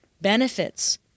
Benefits